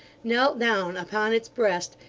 knelt down upon its breast,